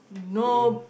no